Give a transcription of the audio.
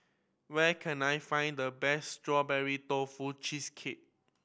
where can I find the best Strawberry Tofu Cheesecake